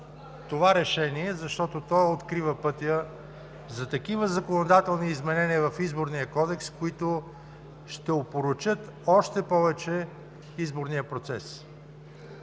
това решение, защото то открива пътя за такива законодателни изменения в Изборния кодекс, които ще опорочат още повече изборния процес.